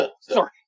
Sorry